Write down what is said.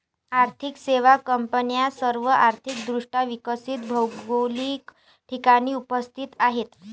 आर्थिक सेवा कंपन्या सर्व आर्थिक दृष्ट्या विकसित भौगोलिक ठिकाणी उपस्थित आहेत